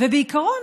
ובעיקרון,